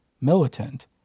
militant